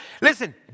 Listen